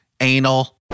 anal